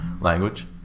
language